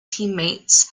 teammates